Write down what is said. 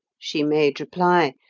she made reply,